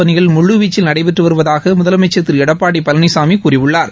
பணிகள் முழுவீச்சில் நடைபெற்று வருவதாக முதலமைச்சா் திரு எடப்பாடி பழனிசாமி கூறியுளளார்